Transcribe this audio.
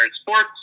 Sports